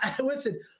listen